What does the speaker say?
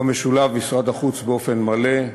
שבו משולב משרד החוץ באופן מלא,